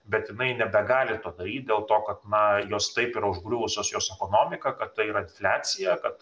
bet jinai nebegali to daryt dėl to kad na jos taip yra užgriuvusios jos ekonomiką kad tai yra infliacija kad